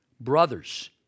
Brothers